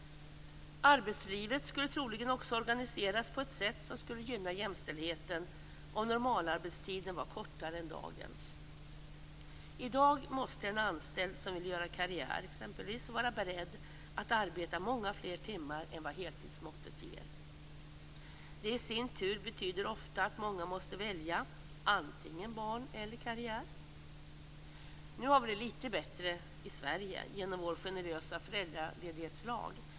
Arbetslivet skulle troligen också organiseras på ett sätt som skulle gynna jämställdheten om normalarbetstiden var kortare än dagens. I dag måste en anställd som t.ex. vill göra karriär vara beredd att arbeta många fler timmar än vad heltidsmåttet innebär. Det i sin tur betyder ofta att många måste välja antingen barn eller karriär. Nu har vi det lite bättre i Sverige genom vår generösa föräldraledighetslag.